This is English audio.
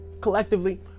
collectively